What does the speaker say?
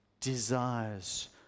desires